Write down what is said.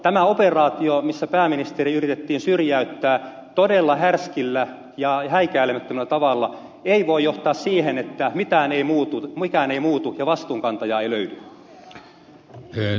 tämä operaatio missä pääministeri yritettiin syrjäyttää todella härskillä ja häikäilemättömällä tavalla ei voi johtaa siihen että mikään ei muutu ja vastuunkantajaa ei löydy